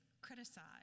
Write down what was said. criticize